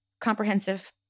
comprehensive